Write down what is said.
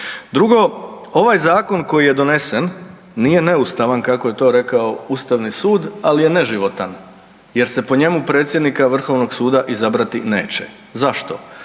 Drugo, ovaj zakon koji je donesen nije neustavan kako je to rekao Ustavni sud, ali je neživotan jer se po njemu predsjednika Vrhovnoga suda izabrati neće. Zašto?